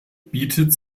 bietet